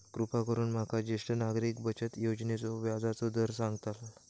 कृपा करून माका ज्येष्ठ नागरिक बचत योजनेचो व्याजचो दर सांगताल